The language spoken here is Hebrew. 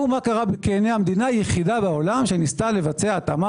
המדינה היחידה בעולם שניסתה לבצע התאמה